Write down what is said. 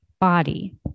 body